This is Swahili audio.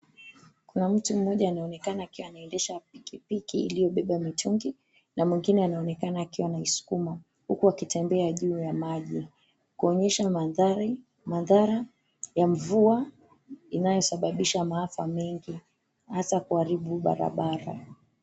Kuna mtu mmoja anayeonekana akiwa anaendesha pikipiki iliobeba mitungi na mwingine anaonekana akiwa anaiskuma huku akitembea juu ya maji kuonyesha mandhari, madhara ya mvua inayosababisha maafa mengi hasa kuharibu barabara.